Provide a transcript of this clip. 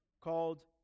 called